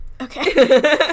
Okay